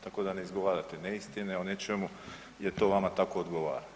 Tako da ne izgovarate neistine o nečemu jer to vama tako odgovara.